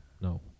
No